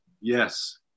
Yes